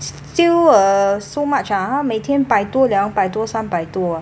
still uh so much ah 每天百多两百多三百多 uh